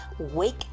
wake